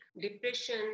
depression